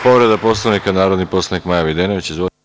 Povreda Poslovnika, narodni poslanik Maja Videnović.